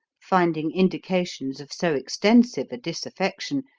finding indications of so extensive a disaffection,